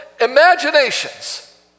imaginations